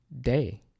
day